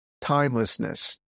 timelessness